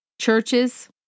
churches